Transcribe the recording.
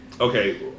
Okay